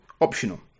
optional